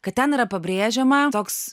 kad ten yra pabrėžima toks